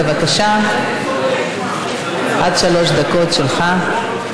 בבקשה, עד שלוש דקות שלך.